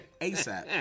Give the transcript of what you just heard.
ASAP